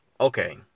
okay